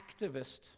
activist